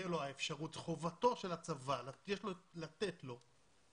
חובתו של הצבא לתת לכל בוגר חינוך חרדי